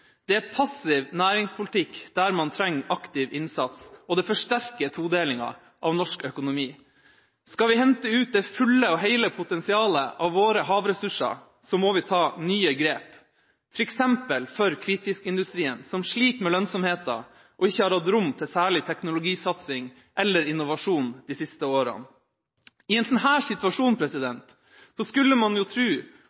Det er passiv næringspolitikk der man trenger aktiv innsats, og det forsterker todelinga av norsk økonomi. Skal vi hente ut det fulle og hele potensialet av våre havressurser, må vi ta nye grep, f.eks. for hvitfiskindustrien, som sliter med lønnsomheten, og ikke har hatt rom til særlig teknologisatsing eller innovasjon de siste årene. I en sånn situasjon